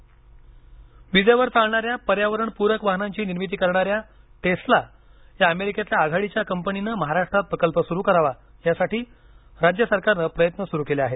Tesla विजेवर चालणाऱ्या पर्यावरण पूरक वाहनांची निर्मिती करणार्याय टेस्ला या अमेरिकेतील आघाडीच्या कंपनीनं महाराष्ट्रात प्रकल्प सुरू करावा यासाठी राज्य सरकारनं प्रयत्न सुरू केले आहेत